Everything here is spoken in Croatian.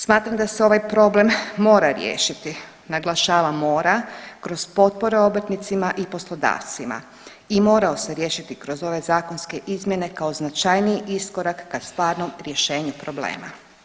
Smatram da se ovaj problem mora riješiti, naglašavam mora kroz potpore obrtnicima i poslodavcima i morao se riješiti kroz ove zakonske izmjene kao značajniji iskorak ka stvarnom rješenju problema.